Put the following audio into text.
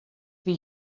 wie